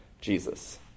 Jesus